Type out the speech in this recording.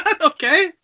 Okay